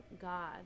God